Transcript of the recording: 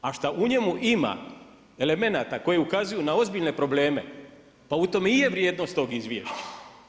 A što u njemu ima elemenata koji ukazuju na ozbiljne probleme, pa u tome i je vrijednost toga izvješća.